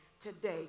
today